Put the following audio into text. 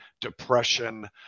depression